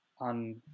on